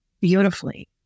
beautifully